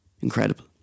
Incredible